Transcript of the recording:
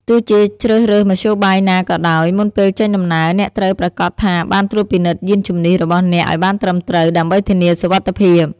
ទោះជាជ្រើសរើសមធ្យោបាយណាក៏ដោយ មុនពេលចេញដំណើរ អ្នកត្រូវប្រាកដថាបានត្រួតពិនិត្យយានជំនិះរបស់អ្នកឲ្យបានត្រឹមត្រូវ ដើម្បីធានាសុវត្ថិភាព។